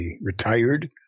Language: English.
retired